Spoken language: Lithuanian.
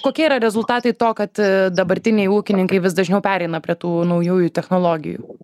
kokie yra rezultatai to kad dabartiniai ūkininkai vis dažniau pereina prie tų naujųjų technologijų